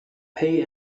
pay